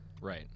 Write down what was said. right